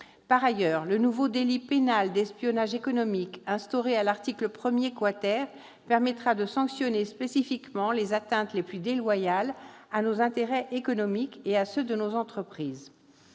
Par ailleurs, le nouveau délit pénal d'espionnage économique, instauré à l'article 1, permettra de sanctionner spécifiquement les atteintes les plus déloyales à nos intérêts économiques et à ceux de nos entreprises.